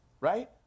Right